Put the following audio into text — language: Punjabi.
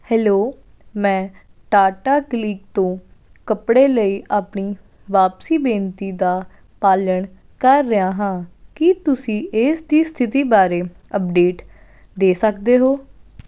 ਹੈਲੋ ਮੈਂ ਟਾਟਾ ਕਲਿਕ ਤੋਂ ਕੱਪੜੇ ਲਈ ਆਪਣੀ ਵਾਪਸੀ ਬੇਨਤੀ ਦਾ ਪਾਲਣ ਕਰ ਰਿਹਾ ਹਾਂ ਕੀ ਤੁਸੀਂ ਇਸ ਦੀ ਸਥਿਤੀ ਬਾਰੇ ਅੱਪਡੇਟ ਦੇ ਸਕਦੇ ਹੋ